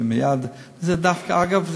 אגב,